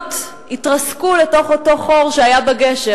ומכוניות התרסקו לתוך אותו חור בגשר.